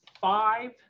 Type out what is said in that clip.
five